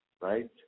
right